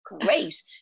great